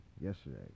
yesterday